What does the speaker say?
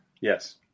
yes